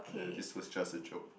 that this was just a joke